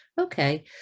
Okay